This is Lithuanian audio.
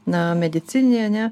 na medicininį ane